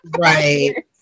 right